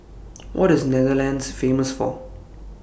What IS Netherlands Famous For